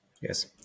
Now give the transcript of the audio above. Yes